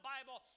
Bible